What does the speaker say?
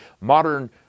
modern